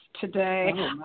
today